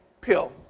pill